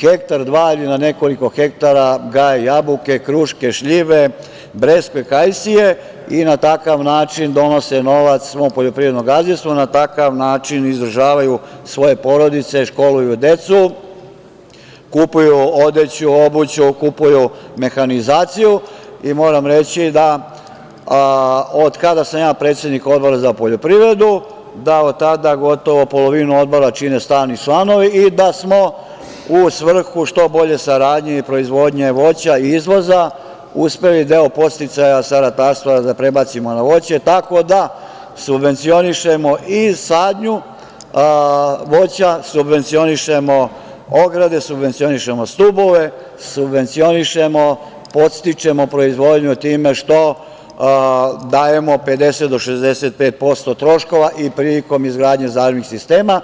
hektar, dva ili na nekoliko hektara gaje jabuke, kruške, šljive, breskve, kajsije i na taj način stvarno donose novac svom poljoprivrednom gazdinstvu, na takav način izdržavaju svoje porodice, školuju decu, kupuju odeću, obuću, kupuju mehanizaciju i moram reći da od kada sam ja predsednik Odbora za poljoprivredu da od tada gotovo polovinu Odbora čine stalni članovi i da smo u svrhu što bolje saradnje i proizvodnje voća i izvoza uspeli deo podsticaja sa ratarstva da prebacimo na voće, tako da subvencionišemo i sadnju voća, subvencionišemo ograde, subvencionišemo stubove, subvencionišemo, podstičemo proizvodnju time što dajemo 50 do 65% troškova i prilikom izgradnje zalivnih sistema.